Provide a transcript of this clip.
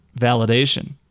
validation